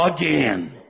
again